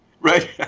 right